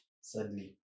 sadly